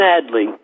sadly